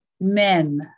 men